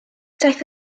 daeth